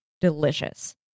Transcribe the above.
delicious